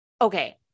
okay